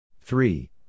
three